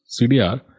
cdr